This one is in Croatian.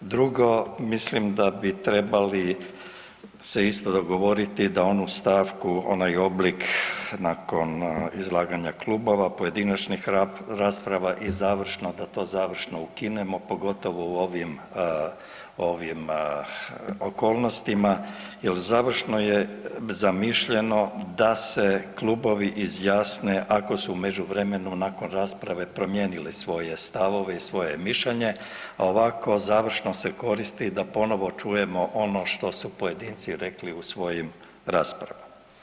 Drugo, mislim da bi trebali se isto dogovoriti da onu stavku, onaj oblik nakon izlaganja klubova, pojedinačnih rasprava i završno da to završno ukinemo pogotovo u ovim, ovim okolnostima jel završno je zamišljeno da se klubovi izjasne ako su u međuvremenu nakon rasprave svoje stavove i svoje mišljenje, a ovako završno se koristi da ponovo čujemo ono što su pojedinci rekli u svojim raspravama.